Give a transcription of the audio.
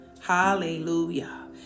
hallelujah